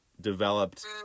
developed